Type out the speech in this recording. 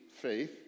faith